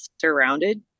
surrounded